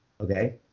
okay